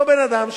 אותו בן-אדם,